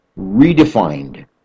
redefined